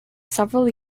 several